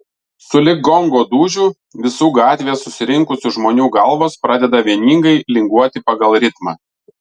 sulig gongo dūžiu visų gatvėje susirinkusių žmonių galvos pradeda vieningai linguoti pagal ritmą